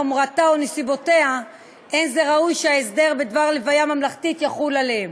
חומרתה ונסיבותיה לא ראוי שההסדר בדבר לוויה ממלכתית יחול עליהם.